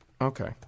Okay